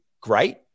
great